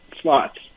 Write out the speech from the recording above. slots